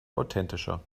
authentischer